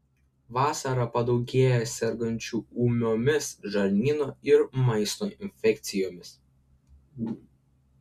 vasarą padaugėja sergančių ūmiomis žarnyno ir maisto infekcijomis